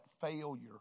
failure